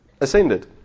ascended